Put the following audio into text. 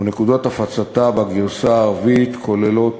ונקודות הפצתה בגרסה הערבית כוללות